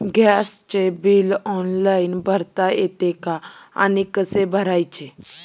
गॅसचे bill online भरता येते का आणि कसे भरायचे?